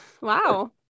wow